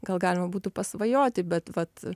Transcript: gal galima būtų pasvajoti bet vat